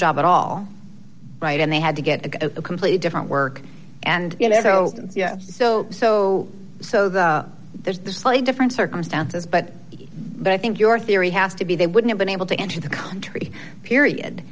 job at all right and they had to get a completely different work and you know so yes so so so that there's the slightly different circumstances but i think your theory has to be they wouldn't been able to enter the country period